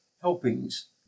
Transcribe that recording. HELPINGS